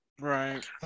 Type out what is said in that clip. Right